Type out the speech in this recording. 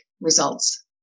results